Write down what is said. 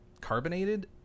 carbonated